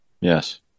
Yes